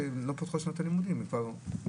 לא פתחו את שנת הלימודים, הן ממש מחכות לזה.